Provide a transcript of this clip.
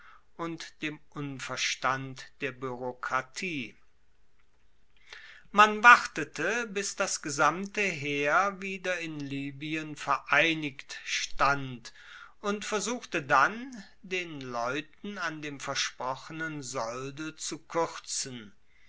und dem unverstand der buerokratie man wartete bis das gesamte heer wieder in libyen vereinigt stand und versuchte dann den leuten an dem versprochenen solde zu kuerzen